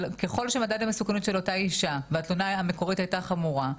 אבל ככל שמדד המסוכנות של אותה אישה והתלונה המקורית היתה חמורה,